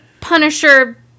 Punisher